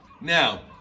Now